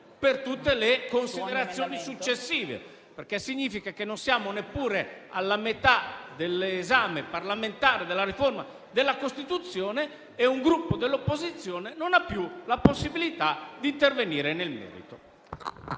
per tutte le considerazioni successive, perché significa che non siamo neppure alla metà dell'esame parlamentare della riforma della Costituzione e un Gruppo dell'opposizione non ha più la possibilità di intervenire nel merito.